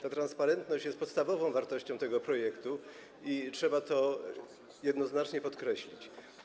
Ta transparentność jest podstawową wartością tego projektu i trzeba to jednoznacznie podkreślić.